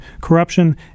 corruption